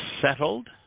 settled